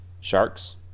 sharks